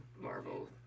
Marvel